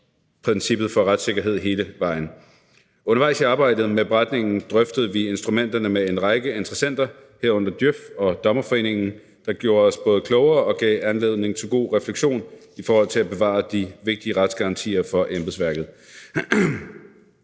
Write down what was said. princippet for retssikkerhed hele vejen. Undervejs i arbejdet med beretningen drøftede vi instrumenterne med en række interessenter, herunder Djøf og Dommerforeningen, der gjorde os både klogere og gav anledning til god refleksion i forhold til at bevare de vigtige retsgarantier for embedsværket.